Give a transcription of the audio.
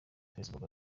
facebook